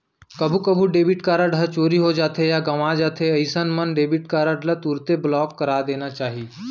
कभू कभू debit card ह चोरी हो जाथे या गवॉं जाथे अइसन मन डेबिट कारड ल तुरते ब्लॉक करा देना चाही